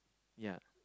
yea